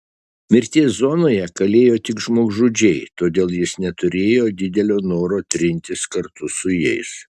mirties zonoje kalėjo tik žmogžudžiai todėl jis neturėjo didelio noro trintis kartu su jais